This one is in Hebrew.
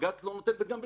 בג"צ לא נותן, וגם בצדק.